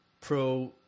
pro